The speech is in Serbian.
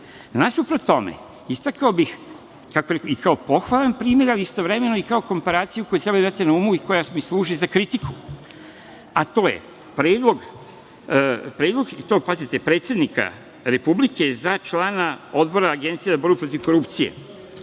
tome, istakao bih i kao pohvalan primer, ali istovremeno i kao komparaciju koju treba da imate na umu i koja mi služi za kritiku, a to je predlog, i to, pazite, predsednika Republike za člana odbora Agencije za borbu protiv korupcije.